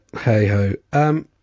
hey-ho